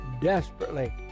desperately